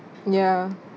ya